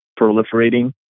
proliferating